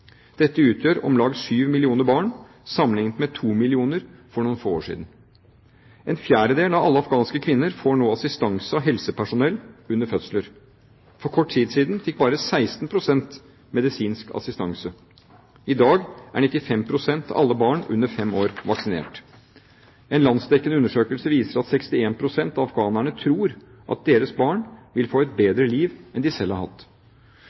Dette utgjør om lag syv millioner barn, sammenliknet med to millioner for noen få år siden. En fjerdedel av alle afghanske kvinner får nå assistanse av helsepersonell under fødsler. For kort tid siden fikk bare 16 pst. medisinsk assistanse. I dag er 95 pst. av alle barn under fem år vaksinert. En landsdekkende undersøkelse viser at 61 pst. av afghanerne tror at deres barn vil få et bedre liv enn de selv har hatt.